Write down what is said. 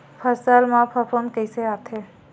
फसल मा फफूंद कइसे आथे?